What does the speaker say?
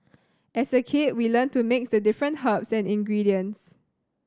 as a kid we learnt to mix the different herbs and ingredients